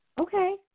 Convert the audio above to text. okay